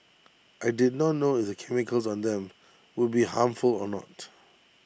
I did not know if the chemicals on them would be harmful or not